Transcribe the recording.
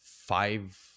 five